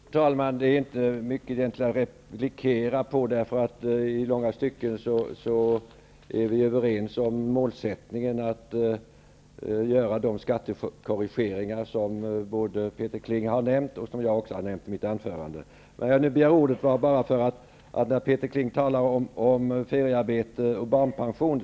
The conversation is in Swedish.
Fru talman! Det är inte mycket jag behöver replikera på. I långa stycken är vi överens om målsättningen att göra de skattekorrigeringar som både Peter Kling och jag nämnt förut i våra anföranden. Jag begärde ordet när Peter Kling talade om feriearbete och barnpension.